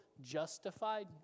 justified